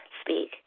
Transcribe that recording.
speak